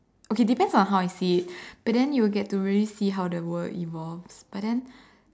okay depends on how I see it but then you will get to really see how the world evolves but then